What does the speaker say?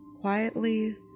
quietly